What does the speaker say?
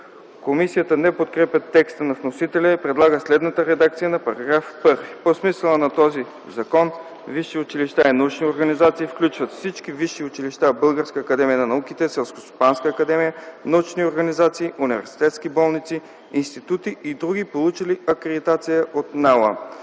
Комисията не подкрепя текста на вносителя и предлага следната редакция на § 1: „§ 1. По смисъла на този закон: 1. Висши училища и научни организации включват всички висши училища, Българска академия на науките, Селскостопанска академия, научни организации, университетски болници, институти и други, получили акредитация от НАОА.